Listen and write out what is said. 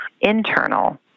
internal